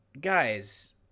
guys